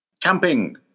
Camping